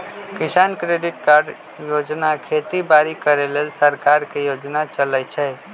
किसान credit card योजना खेती बाड़ी करे लेल सरकार के योजना चलै छै